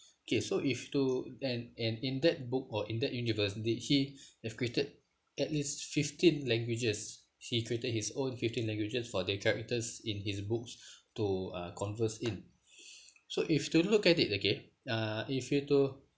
K so if you were to and and in that book or in that universe did he have created at least fifteen languages he created his own fifteen for the characters in his books to uh converse in so if you were to look at it okay uh if you to